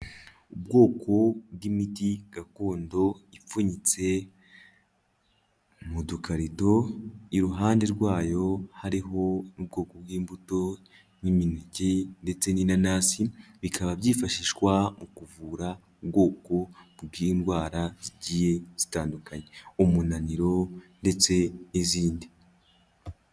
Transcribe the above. Ubwoko bw'imiti gakondo ipfunyitse mu dukarido. Iruhande rwayo hariho ubwoko bw'imbuto n'imineke ndetse n'inanasi. Bikaba byifashishwa mu kuvura ubwoko bw'indwara zigiye zitandukanye, umunaniro ndetse n'izindi.